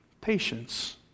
patience